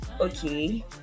Okay